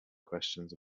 questions